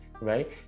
right